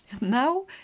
Now